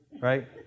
right